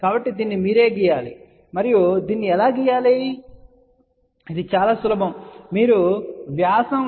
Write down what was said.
కాబట్టి దీన్ని మీరే గీయాలి మరియు మీరు దీన్ని ఎలా గీయాలి అని ప్రజలు చాలాసార్లు అడుగుతుంటారు ఇది చాలా సులభం